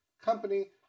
company